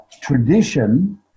tradition